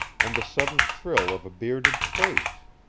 and the sudden thrill of a bearded face.